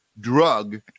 drug